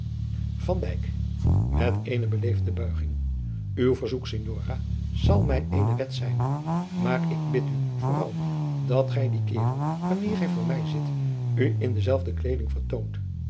uw verzoek signora zal mij eene wet zijn maar ik bid u vooral dat gij die keeren wanneer gij voor mij zit u in dezelfde kleeding vertoont